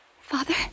Father